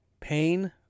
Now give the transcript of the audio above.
pain